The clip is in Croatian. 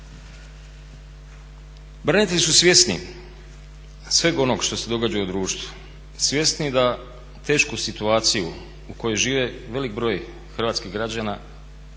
Branitelji su svjesni svega onoga što se događa u društvu, svjesni da tešku situacija u kojoj žive veliki broj hrvatskih građana